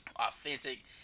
Authentic